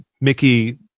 Mickey